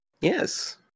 Yes